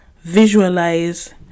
visualize